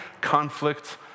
conflict